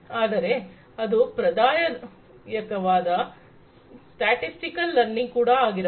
ಆದರೆ ಅದು ಪ್ರದಾಯಕ ವಾದ ಸ್ಟ್ಯಾಟಿಸ್ಟಿಕಲ್ ಲರ್ನಿಂಗ್ ಕೂಡ ಆಗಿರಬಹುದು